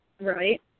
Right